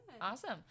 Awesome